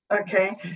Okay